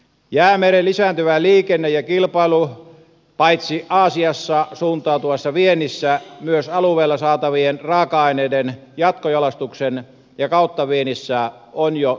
jäämeren lisääntyvä liikenne ja kilpailu paitsi aasiaan suuntautuvassa viennissä myös alueelta saatavien raaka aineiden jatkojalostuksessa ja kauttaviennissä ovat jo todellisuutta